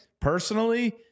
personally